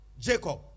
Jacob